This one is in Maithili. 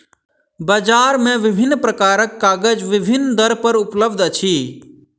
बजार मे विभिन्न प्रकारक कागज विभिन्न दर पर उपलब्ध अछि